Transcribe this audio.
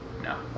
No